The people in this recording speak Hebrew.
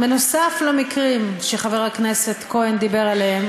נוסף על המקרים שחבר הכנסת כהן דיבר עליהם,